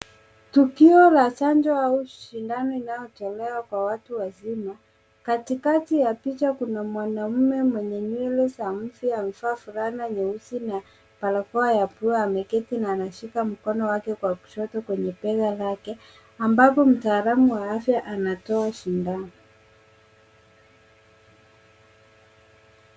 Tukio la chanjo au sindano inayotolewa kwa watu wazima. Katikati ya picha kuna mwanaume mwenye nywele za mvi, amevaa fulana nyeusi na barakoa ya pua, ameketi na anashika mkono wake kwa kushoto kwenye bega lake ambapo mtaalamu wa afya anatoa sindano.